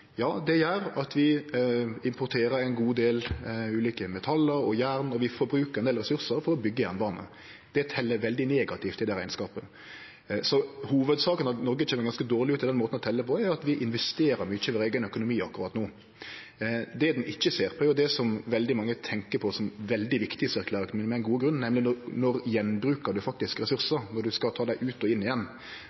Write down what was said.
gjer at vi importerer ein god del ulike metall og jern, og vi forbrukar ein del ressursar for å byggje jernbane. Det tel veldig negativt i den rekneskapen. Så hovudårsaka til at Noreg kjem ganske dårleg ut med den måten å telje på, er at vi investerer mykje i vår eigen økonomi akkurat no. Det ein ikkje ser på, er det som veldig mange tenkjer på som veldig viktig i sirkulær økonomi – og det med god grunn – nemleg gjenbruk av faktiske ressursar, når ein skal ta dei ut og inn igjen.